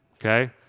Okay